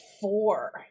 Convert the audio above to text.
four